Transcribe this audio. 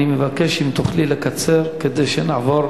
אני מבקש, אם תוכלי לקצר, כדי שנעבור